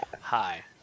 hi